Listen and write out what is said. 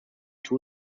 two